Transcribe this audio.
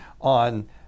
on